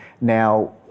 Now